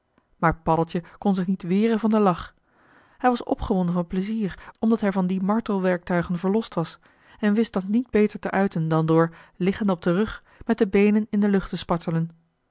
maar paddeltje kon zich niet weren van den lach hij was opgewonden van plezier omdat hij van die martelwerktuigen verlost was en wist dat niet beter te uiten dan door liggende op den rug met de beenen in de lucht te spartelen